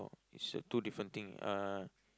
it's a two different thing uh